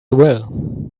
will